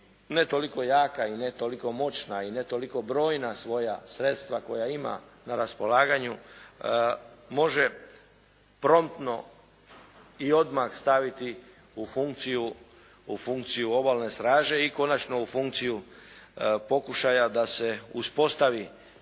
ne toliko jaka i ne toliko moćna i ne toliko brojna svoja sredstva koja ima na raspolaganju može promtno i odmah staviti u funkciju obalne straže i konačno u funkciju pokušaja da se uspostavi